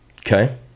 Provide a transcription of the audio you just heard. okay